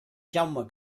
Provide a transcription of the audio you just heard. jaume